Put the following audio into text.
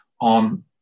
on